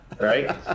Right